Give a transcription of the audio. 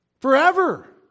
Forever